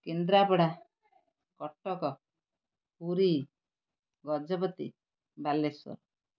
Kendrapara Cuttack Puri Gajapati Balasore